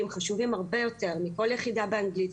חשובים הרבה יותר מכל יחידה באנגלית,